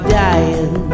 dying